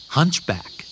Hunchback